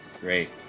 Great